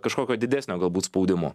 kažkokio didesnio galbūt spaudimo